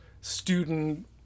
student